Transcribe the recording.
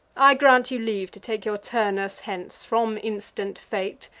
i grant you leave to take your turnus hence from instant fate,